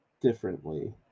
differently